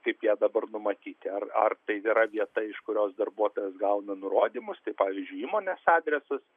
kaip ją dabar numatyti ar ar tai yra vieta iš kurios darbuotojas gauna nurodymus tai pavyzdžiui įmonės adresas